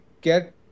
get